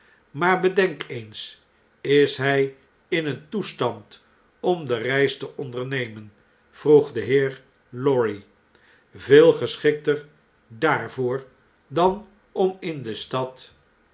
maar bedenk eens is hij in een toestand om de reis te ondernemen vroeg de heer lorry veel geschikter daarvoor dan om in de stad